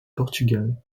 portugal